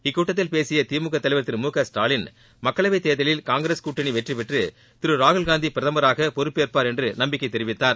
இக்கூட்டத்தில் பேசிய திமுக தலைவர் திரு மு க ஸ்டாலின் மக்களவை தேர்தலில் காங்கிரஸ் கூட்டணி வெற்றி பெற்று திரு ராகுல் காந்தி பிரதமராக பொறுப்பேற்வார் என்று நம்பிக்கை தெரிவித்தார்